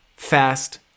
fast